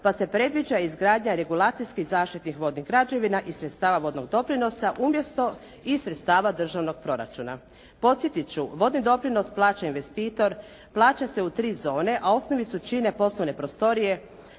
pa se predviđa izgradnja regulacijskih zaštitnih vodnih građevina i sredstava vodnog doprinosa umjesto iz sredstava državnog proračuna. Podsjetiti ću, vodni doprinos plaća investitor, plaća se u 3 zone, a osnovicu čine poslovne prostorije,